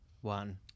one